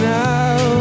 now